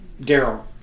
Daryl